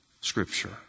scripture